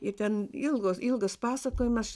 ir ten ilgos ilgas pasakojimas